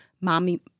mommy